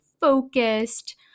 focused